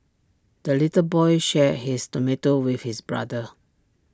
the little boy shared his tomato with his brother